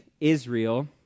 Israel